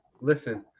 Listen